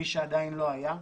מי שעדיין לא היה.